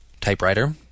Typewriter